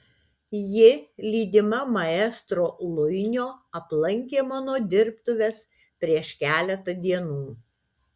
ji lydima maestro luinio aplankė mano dirbtuves prieš keletą dienų